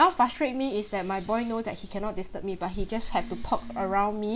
what frustrate me is that my boy know that he cannot disturb me but he just have to poke around me